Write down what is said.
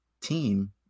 team